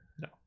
No